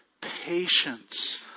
patience